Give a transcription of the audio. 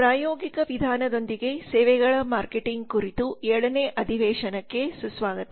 ಪ್ರಾಯೋಗಿಕ ವಿಧಾನದೊಂದಿಗೆ ಸೇವೆಗಳ ಮಾರ್ಕೆಟಿಂಗ್ ಕುರಿತು ಏಳನೇ ಅಧಿವೇಶನಕ್ಕೆ ಸುಸ್ವಾಗತ